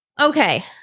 Okay